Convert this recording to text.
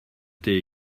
t’est